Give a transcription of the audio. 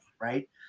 right